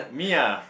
me ah